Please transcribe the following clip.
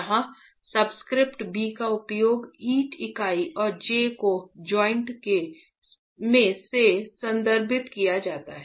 यहाँ subscript b का उपयोग ईंट इकाई और j को जॉइंट से संदर्भित किया जाता है